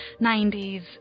90s